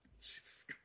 Jesus